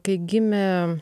kai gimė